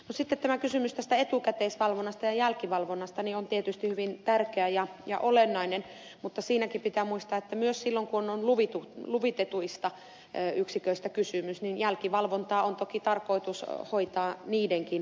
sitten tämä kysymys etukäteisvalvonnasta ja jälkivalvonnasta on tietysti hyvin tärkeä ja olennainen mutta siinäkin pitää muistaa että myös silloin kun on luvitetuista yksiköistä kysymys jälkivalvontaa on toki tarkoitus hoitaa niidenkin osalta